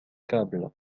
câbles